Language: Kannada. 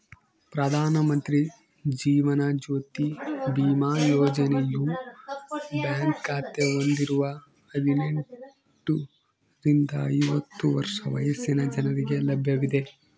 ಪ್ರಧಾನ ಮಂತ್ರಿ ಜೀವನ ಜ್ಯೋತಿ ಬಿಮಾ ಯೋಜನೆಯು ಬ್ಯಾಂಕ್ ಖಾತೆ ಹೊಂದಿರುವ ಹದಿನೆಂಟುರಿಂದ ಐವತ್ತು ವರ್ಷ ವಯಸ್ಸಿನ ಜನರಿಗೆ ಲಭ್ಯವಿದೆ